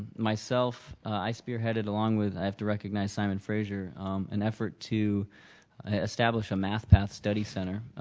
myself, i spearheaded along with i have to recognized simon fraser an effort to establish a math path study center.